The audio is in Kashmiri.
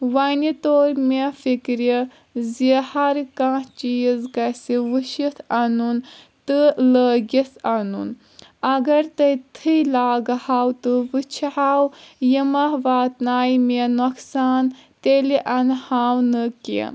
وۄنۍ تور مےٚ فِکرِ زِ ہر کانٛہہ چیٖز گژھِ وٕچھِتھ انُن تہٕ لٲگِتھ انُن اگر تٔتھی لاگہٕ ہو تہٕ وٕچھ ہو یہِ مہ واتنایہِ مےٚ نۄقصان تیٚلہِ انہٕ ہاو نہٕ کینٛہہ